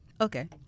Okay